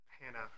Hannah